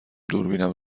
دوربینم